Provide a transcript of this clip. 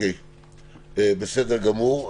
בסדר גמור.